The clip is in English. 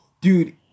dude